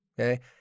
Okay